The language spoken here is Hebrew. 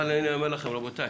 אבל הינה אני אומר לכם, רבותיי: